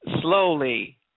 slowly